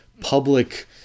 public